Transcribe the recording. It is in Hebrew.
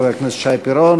חבר הכנסת שי פירון,